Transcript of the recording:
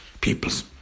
peoples